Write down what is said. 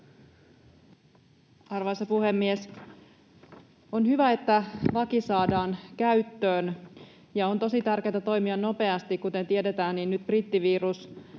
Arvoisa puhemies! On hyvä, että laki saadaan käyttöön, ja on tosi tärkeätä toimia nopeasti. Kuten tiedetään, niin nyt brittivirus